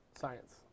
science